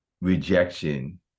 rejection